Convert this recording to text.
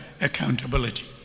accountability